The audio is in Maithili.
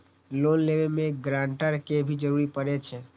लोन लेबे में ग्रांटर के भी जरूरी परे छै?